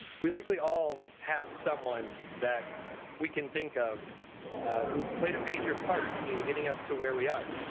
we likely all have someone that we can think of who played a major part in getting us to where we are.